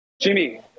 Jimmy